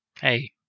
Hey